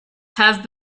have